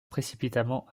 précipitamment